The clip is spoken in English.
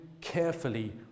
carefully